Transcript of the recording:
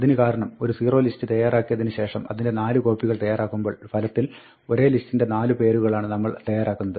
അതിന് കാരണം ഒരു zerolist തയ്യാറാക്കിയതിന് ശേഷം അതിന്റെ 4 കോപ്പികൾ തയ്യാറാക്കുമ്പോൾ ഫലത്തിൽ ഒരേ ലിസ്റ്റിന്റെ 4 പേരുകളാണ് നമ്മൾ തയ്യാറക്കുന്നത്